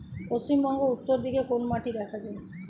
পশ্চিমবঙ্গ উত্তর দিকে কোন মাটি দেখা যায়?